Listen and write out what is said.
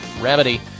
remedy